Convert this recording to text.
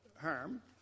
harm